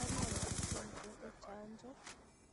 Daktari anapatia mtoto chanjo,